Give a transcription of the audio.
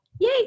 yay